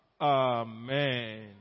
Amen